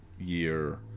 year